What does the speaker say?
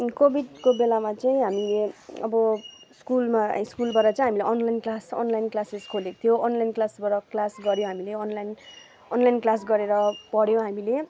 कोभिडको बेलामा चाहिँ हामीले अब स्कुलमा हाई स्कुलबाट चाहिँ हामीलाई अनलाइन क्लास अनलाइन क्लासेस खोलेको थियो अनलाइन क्लासबाट क्लास गऱ्यौँ हामीले अनलाइन अनलाइन क्लास गरेर पढ्यौँ हामीले